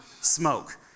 smoke